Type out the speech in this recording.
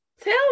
Tell